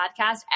podcast